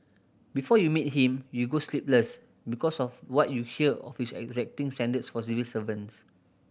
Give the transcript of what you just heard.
before you meet him you go sleepless because of what you hear of his exacting standards for civil servants